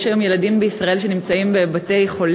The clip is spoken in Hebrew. יש היום בישראל ילדים שנמצאים בבתי-חולים,